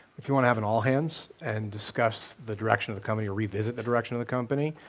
if you want to have an all hands and discuss the direction of the company or revisit the direction of the company,